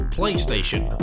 PlayStation